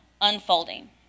unfolding